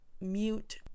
mute